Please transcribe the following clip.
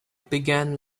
began